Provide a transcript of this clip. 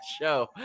show